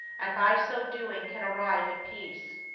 and by so doing can arrive at peace,